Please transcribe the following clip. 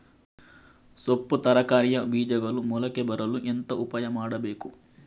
ಸೊಪ್ಪು ತರಕಾರಿಯ ಬೀಜಗಳು ಮೊಳಕೆ ಬರಲು ಎಂತ ಉಪಾಯ ಮಾಡಬೇಕು?